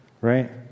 right